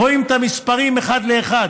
רואים את המספרים אחד לאחד.